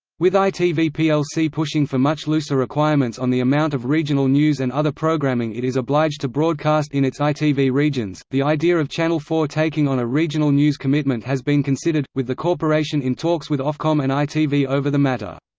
with itv plc pushing for much looser requirements on the amount of regional news and other programming it is obliged to broadcast in its itv regions, the idea of channel four taking on a regional news commitment has been considered, with the corporation in talks with ofcom and itv over the matter.